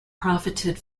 profited